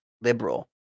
liberal